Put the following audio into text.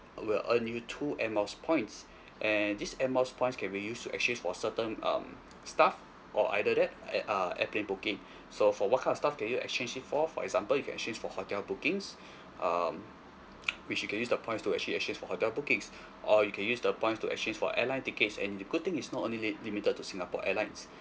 will earn you two air miles points and this air miles points can be use to exchange for certain um stuff or either that uh airplane booking so for what kind of stuff can you exchange it for for example you can exchange for hotel bookings um which you can use the points to actually exchange for hotel bookings or you can use the points to exchange for airline tickets and the good thing is not only li~ limited to singapore airlines